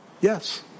Yes